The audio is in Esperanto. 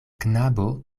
knabo